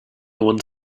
one